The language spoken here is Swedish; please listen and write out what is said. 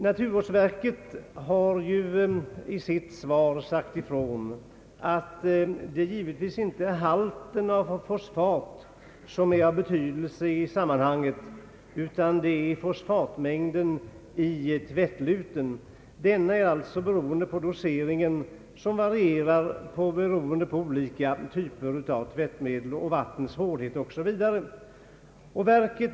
Naturvårdsverket har i sitt svar sagt ifrån att det givetvis inte är halten av fosfat som är av betydelse i sammanhanget, utan det är fosfatmängden i tvättluten. Denna är också beroende på doseringen som varierar allt efter olika typer av tvättmedel, vattnets hårdhet 0.S. Vv.